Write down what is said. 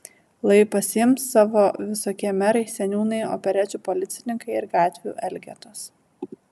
lai pasiims savo visokie merai seniūnai operečių policininkai ir gatvių elgetos